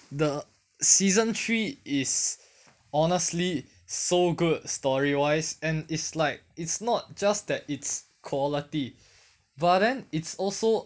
the season three is honestly so good story wise and it's like it's not just that it's quality but then it's also